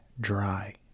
dry